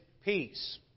peace